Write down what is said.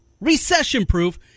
recession-proof